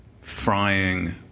frying